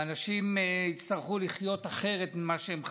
ואנשים יצטרכו לחיות אחרת ממה שהם חיים.